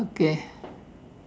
okay